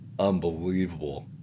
Unbelievable